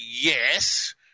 yes